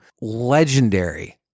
legendary